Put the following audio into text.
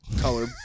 Color